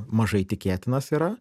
mažai tikėtinas yra